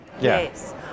Yes